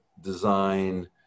design